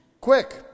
Quick